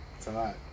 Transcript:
tonight